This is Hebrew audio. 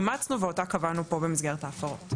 יצרן, יבואן או משווק זה הנוסח של ההפרה הזאת.